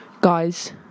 guys